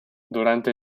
durante